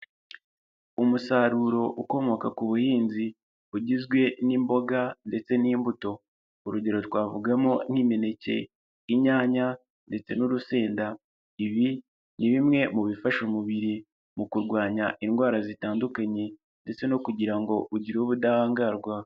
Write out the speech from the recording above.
Umusaruro ukomoka ku buhinzi bugizwe n'imboga ndetse n'imbuto, urugero twavugamo nk'imineke, inyanya, ndetse n'urusenda. Ibi ni bimwe mu bifasha umubiri mu kurwanya indwara zitandukanye ndetse no kugira ngo ugire ubudahangarwa.